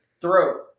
throat